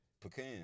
Pecan